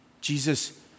Jesus